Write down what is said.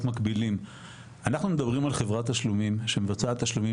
מקבילים אנחנו מדברים על חברת תשלומים שמבצעת תשלומים